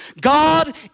God